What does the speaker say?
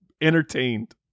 entertained